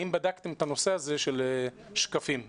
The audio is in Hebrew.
האם בדקתם את הנושא הזה של שקפים בכיתות?